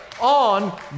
on